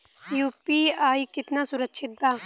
UPI कितना सुरक्षित बा?